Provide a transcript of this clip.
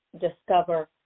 Discover